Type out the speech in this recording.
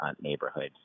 neighborhoods